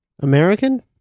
American